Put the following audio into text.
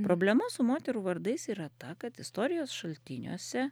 problema su moterų vardais yra ta kad istorijos šaltiniuose